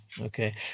okay